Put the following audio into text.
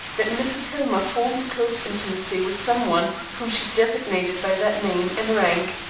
that mrs. hillmer formed a close intimacy with some one whom she designated by that name and rank,